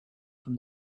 from